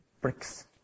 bricks